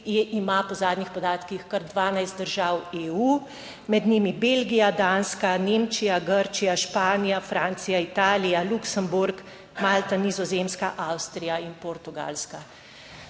ima po zadnjih podatkih kar 12 držav EU, med njimi Belgija, Danska, Nemčija, Grčija, Španija, Francija, Italija, Luksemburg, Malta, Nizozemska, Avstrija in Portugalska.